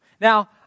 Now